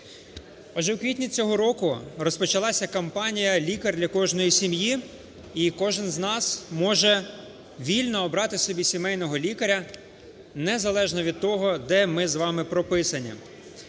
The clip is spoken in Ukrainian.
у квітні цього року розпочалася кампанія "Лікар для кожної сім'ї", і кожен з нас може вільно обрати собі сімейного лікаря незалежно від того, де ми з вами прописані.